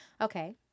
Okay